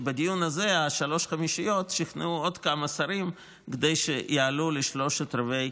שבדיון הזה שלוש-החמישיות ישכנעו עוד כמה שרים כדי שיעלו לשלושה-רבעים